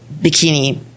bikini